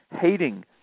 hating